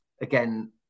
again